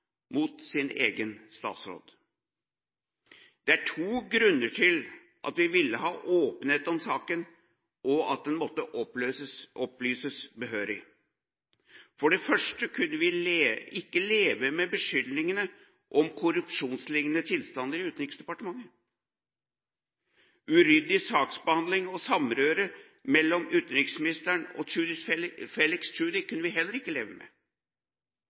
mot sin egen statsråd. Det er to grunner til at vi ville ha åpenhet om saken, og at den måtte opplyses behørig. For det første kunne vi ikke leve med beskyldningene om korrupsjonslignende tilstander i Utenriksdepartementet. Uryddig saksbehandling og samrøre mellom utenriksministeren og Felix Tschudi kunne vi heller ikke leve med.